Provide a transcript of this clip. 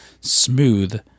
Smooth